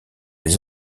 les